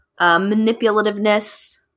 manipulativeness